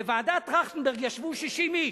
בוועדת-טרכטנברג ישבו 60 איש,